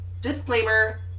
Disclaimer